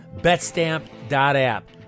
betstamp.app